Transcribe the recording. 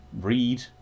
read